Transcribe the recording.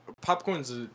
popcorn's